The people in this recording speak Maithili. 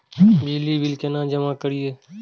बिजली के बिल केना जमा करिए?